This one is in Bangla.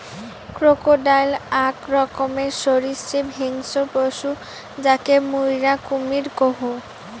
ক্রোকোডাইল আক রকমের সরীসৃপ হিংস্র পশু যাকে মুইরা কুমীর কহু